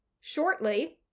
shortly